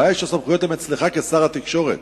הבעיה היא שהסמכויות הן אצלך כשר התקשורת.